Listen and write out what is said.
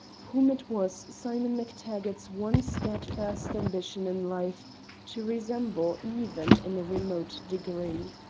whom twas simon mactaggart's one steadfast ambition in life to resemble even in a remote degree.